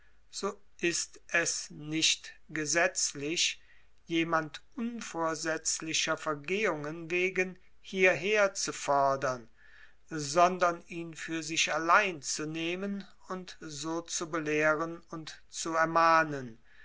so ist es nicht gesetzlich jemand unvorsätzlicher vergehungen wegen hierher zu fordern sondern ihn für sich allein zu nehmen und so zu belehren und zu ermahnen